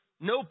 no